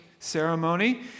ceremony